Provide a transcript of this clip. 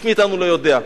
איש מאתנו לא יודע.